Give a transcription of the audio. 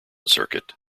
circuit